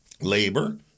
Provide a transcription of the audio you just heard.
Labor